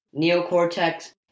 neocortex